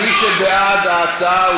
מי שבעד ההצעה,